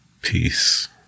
Peace